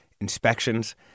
inspections